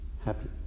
happy